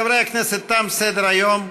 חברי הכנסת, תם סדר-היום.